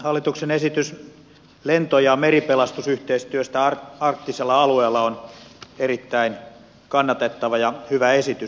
hallituksen esitys lento ja meripelastusyhteistyöstä arktisella alueella on erittäin kannatettava ja hyvä esitys